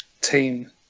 team